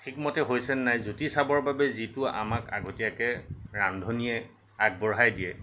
ঠিক মতে হৈছেনে নাই জুতি চবৰ বাবেই যিটো আমাক আগতীয়াকৈ ৰান্ধনীয়ে আগবঢ়ায় দিয়ে